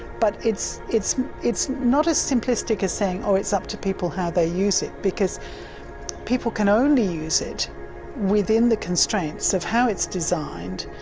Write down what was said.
but it's it's not as simplistic as saying, oh, it's up to people how they use it, because people can only use it within the constraints of how it's designed,